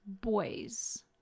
boys